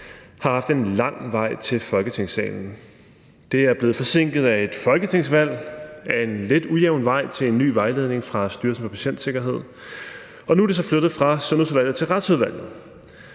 har haft en lang vej til Folketingssalen. Det er blevet forsinket af et folketingsvalg, af en lidt ujævn vej til en ny vejledning fra Styrelsen for Patientsikkerhed, og nu er det så flyttet fra Sundhedsudvalget til Retsudvalget.